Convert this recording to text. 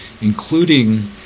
including